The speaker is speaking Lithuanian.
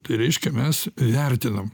tai reiškia mes vertinam